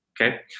okay